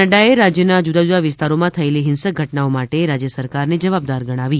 નફાએ રાજ્યના જુદા જુદા વિસ્તારમાં થયેલી હિંસક ઘટનાઓ માટે રાજ્ય સરકારને જવાબદાર ગણાવી